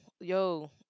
yo